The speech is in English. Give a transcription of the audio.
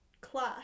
class